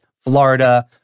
Florida